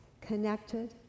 connected